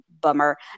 bummer